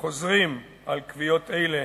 חוזרים על קביעות אלה